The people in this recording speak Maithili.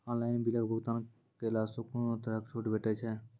ऑनलाइन बिलक भुगतान केलासॅ कुनू तरहक छूट भेटै छै?